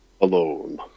alone